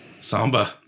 Samba